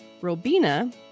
Robina